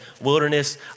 wilderness